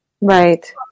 Right